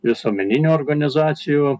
visuomeninių organizacijų